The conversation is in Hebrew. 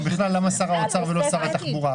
אמרתי שזאת מדיניות אכזרית.